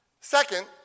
Second